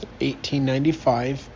1895